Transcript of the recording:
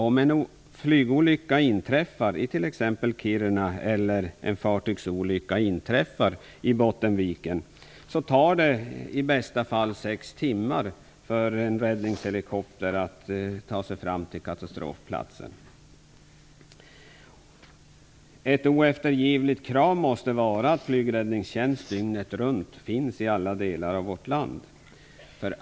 Om en flygolycka inträffar i t.ex. Kiruna eller om en fartygsolycka inträffar i Bottenviken tar det i bästa fall sex timmar för en räddningshelikopter att ta sig fram till katastrofplatsen. Ett oeftergivligt krav måste vara att flygräddningstjänst dygnet runt finns i alla delar av vårt land.